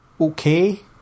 okay